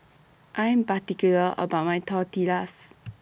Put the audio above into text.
I'm particular about My Tortillas